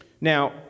Now